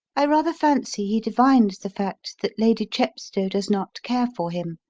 i rather fancy he divines the fact that lady chepstow does not care for him.